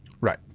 Right